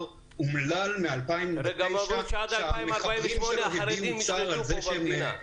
אומלל מ-2009 שהמחברים שלו הביעו צער על זה שהם כתבו כך.